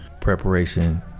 preparation